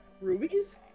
Rubies